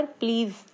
please